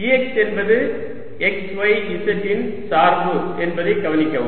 Ex என்பது x y z இன் சார்பு என்பதை கவனிக்கவும்